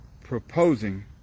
proposing